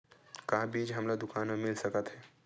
का बीज हमला दुकान म मिल सकत हे?